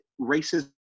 racism